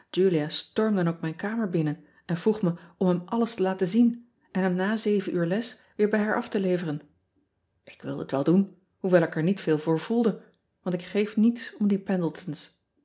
stormde dan ook mijn kamer binnen en vroeg me om hem alles te laten zien en hem na zeven uur les weer bij haar af te leveren k wilde het wel doen hoewel ik er niet veel voor voelde want ik geef niets om die